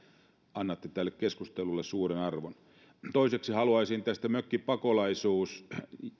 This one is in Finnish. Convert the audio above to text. annatte tälle keskustelulle suuren arvon toiseksi haluaisin sanoa tästä mökkipakolaisuus